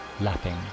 lapping